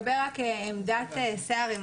עכשיו לגבי עמדת סער,